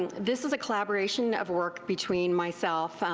this is a collaboration of work between myself,